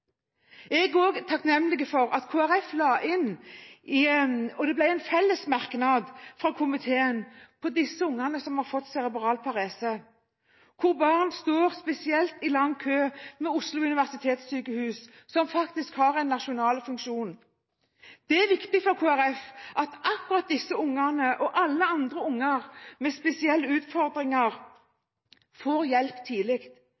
Jeg er også takknemlig for at Kristelig Folkeparti la inn, og det ble, en felles merknad fra komiteen om de barna som har fått cerebral parese, hvor barn står i spesielt lang kø ved Oslo universitetssykehus, som faktisk har en nasjonal funksjon. Det er viktig for Kristelig Folkeparti at akkurat disse barna og alle andre barn med spesielle utfordringer, får hjelp tidlig.